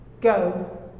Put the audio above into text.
go